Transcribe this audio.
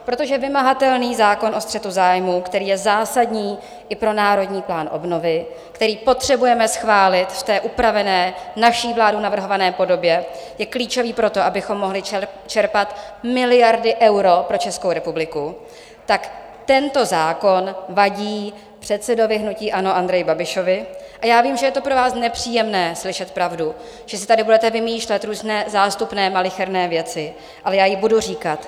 Protože vymahatelný zákon o střetu zájmů, který je zásadní i pro Národní plán obnovy, který potřebujeme schválit v upravené, naší vládou navrhované podobě, je klíčový pro to, abychom mohli čerpat miliardy eur pro Českou republiku, tak tento zákon vadí předsedovi hnutí ANO Andreji Babišovi, a já vím, že je to pro vás nepříjemné slyšet pravdu, že si tady budete vymýšlet různé zástupné malicherné věci, ale já ji budu říkat.